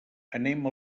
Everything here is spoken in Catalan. anem